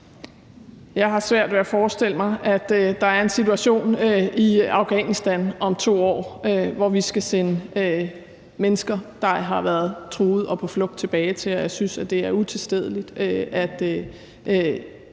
Jeg har svært ved at forestille mig, at der er en situation i Afghanistan om 2 år, hvor vi skal sende mennesker, der har været truet og på flugt, tilbage dertil. Og jeg synes, det er utilstedeligt, at